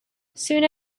soon